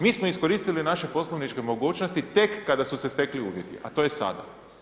Mi smo iskoristili naše poslovničke mogućnosti tek kada su se stekli uvjeti, a to je sada.